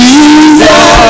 Jesus